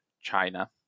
China